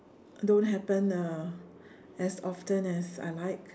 don't happen uh as often as I like